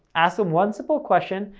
ask them one simple question,